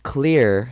Clear